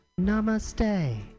Namaste